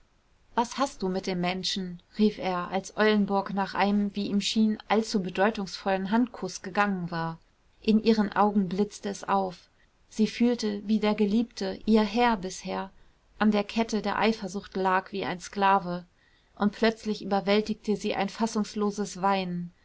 was hast du mit dem menschen rief er als eulenburg nach einem wie ihm schien allzu bedeutungsvollen handkuß gegangen war in ihren augen blitzte es auf sie fühlte wie der geliebte ihr herr bisher an der kette der eifersucht lag wie ein sklave und plötzlich überwältigte sie ein fassungsloses weinen